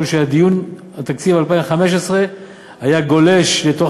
הוא שהדיון על תקציב 2015 היה גולש לתוך